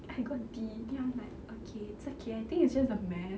I got D then I'm like okay it's okay I think it's just the math